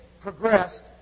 progressed